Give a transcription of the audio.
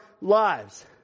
lives